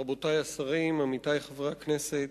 רבותי השרים, עמיתי חברי הכנסת,